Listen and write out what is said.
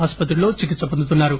ఆస్సత్రిలో చికిత్స పొందుతున్నారు